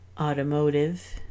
Automotive